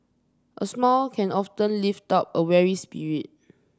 a smile can often lift up a weary spirit